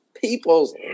people's